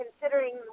considering